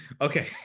Okay